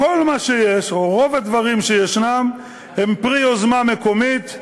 כל מה שיש או רוב הדברים שישנם הם פרי יוזמה מקומית,